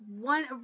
one